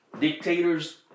Dictators